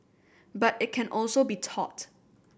but it can also be taught